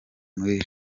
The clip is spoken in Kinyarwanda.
muri